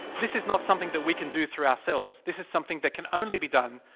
this is not something that we can do through ourselves. this is something that can only be done.